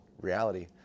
reality